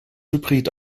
hybrid